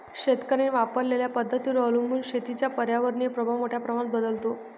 शेतकऱ्यांनी वापरलेल्या पद्धतींवर अवलंबून शेतीचा पर्यावरणीय प्रभाव मोठ्या प्रमाणात बदलतो